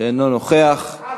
שאינו נוכח, זחאלקָה,